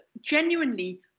genuinely